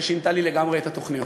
ששינתה לי לגמרי את התוכניות.